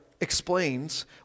explains